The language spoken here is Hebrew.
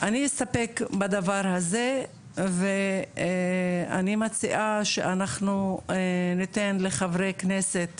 אני אסתפק בזה ואני מציעה שאנחנו ניתן לחברי כנסת